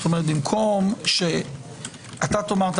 במקום שתאמר: